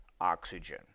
oxygen